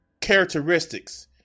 characteristics